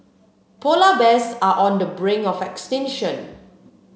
polar bears are on the brink of extinction